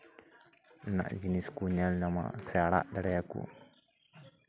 ᱨᱮᱱᱟᱜ ᱡᱤᱱᱤᱥ ᱠᱚ ᱧᱮᱞ ᱧᱟᱢᱟ ᱥᱮᱠᱚ ᱟᱲᱟᱜ ᱫᱟᱲᱮ ᱟᱠᱚ